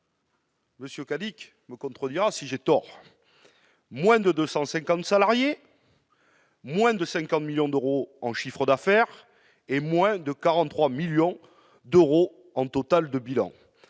M. Cadic me contredira si j'ai tort -: elle compte moins de 250 salariés, moins de 50 millions d'euros de chiffre d'affaires et moins de 43 millions d'euros en total de bilan.